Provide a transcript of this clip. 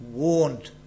warned